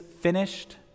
finished